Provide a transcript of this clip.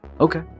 okay